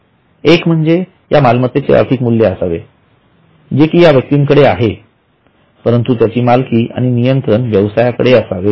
एक म्हणजे या मालमत्तेचे आर्थिक मूल्य असावेजे या व्यक्तींकडे आहेपरंतु त्यांची मालकी आणि नियंत्रण व्यवसायाकडे असावे